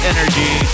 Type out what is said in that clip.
Energy